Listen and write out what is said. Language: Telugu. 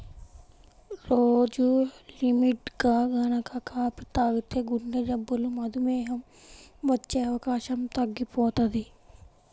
రోజూ లిమిట్గా గనక కాపీ తాగితే గుండెజబ్బులు, మధుమేహం వచ్చే అవకాశం తగ్గిపోతది